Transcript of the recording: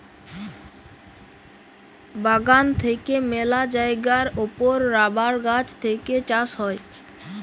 বাগান থেক্যে মেলা জায়গার ওপর রাবার গাছ থেক্যে চাষ হ্যয়